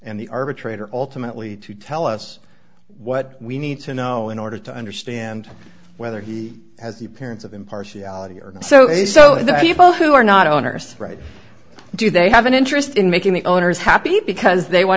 and the arbitrator alternately to tell us what we need to know in order to understand whether he has the parents of impartiality or so so the people who are not owners right do they have an interest in making the owners happy because they want